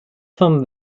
vom